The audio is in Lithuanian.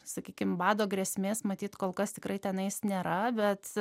sakykim bado grėsmės matyt kol kas tikrai tenais nėra bet